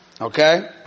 Okay